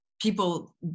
people